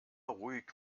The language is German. ruhig